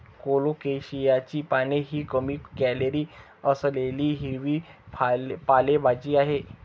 कोलोकेशियाची पाने ही कमी कॅलरी असलेली हिरवी पालेभाजी आहे